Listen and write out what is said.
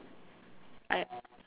I